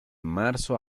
marzo